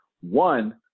One